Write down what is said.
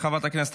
חבר הכנסת